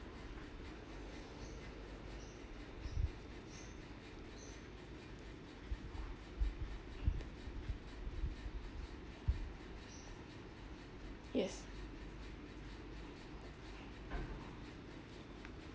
yes